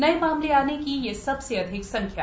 नये मामले आने की यह सबसे अधिक संख्या है